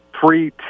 three